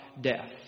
death